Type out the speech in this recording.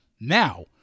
Now